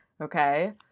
Okay